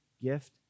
gift